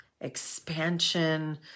expansion